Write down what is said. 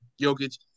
Jokic